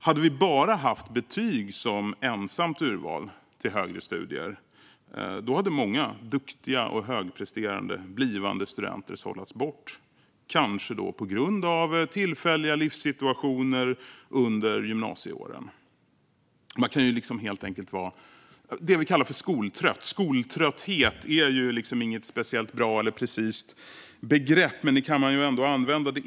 Hade vi bara haft betyg som ensamt urval till högre studier hade många duktiga och högpresterande blivande studenter sållats bort, kanske på grund av tillfälliga livssituationer under gymnasieåren. Man kan helt enkelt vara det som vi kallar skoltrött. Skoltrötthet är inget speciellt bra eller precist begrepp. Men man kan ändå använda det.